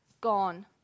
gone